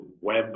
web